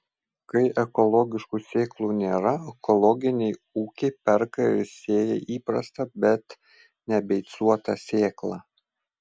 kai ekologiškų sėklų nėra ekologiniai ūkiai perka ir sėja įprastą bet nebeicuotą sėklą